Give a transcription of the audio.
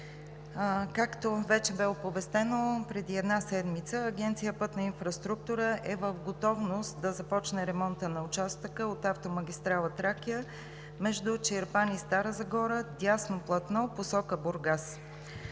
Както вече бе оповестено преди една седмица, Агенция „Пътна инфраструктура“ е в готовност да започне ремонта на участъка от автомагистрала „Тракия“ между Чирпан и Стара Загора – дясно платно, посока Бургас.